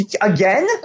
Again